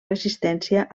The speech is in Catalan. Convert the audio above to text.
resistència